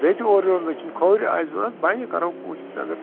بیٚیہِ تہِ اورٕ یورٕ دٔچھِنۍ کھووٕرۍ آسہِ ضوٚرَتھ بَنہِ کرو کوٗشِش اگر